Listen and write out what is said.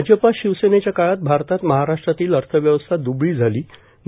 भाजपार् शिवसेनेच्या काळात भारतात महाराष्ट्रातील अथव्यवस्था द्बळी झालां